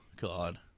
god